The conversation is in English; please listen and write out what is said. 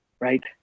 right